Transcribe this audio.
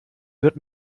wird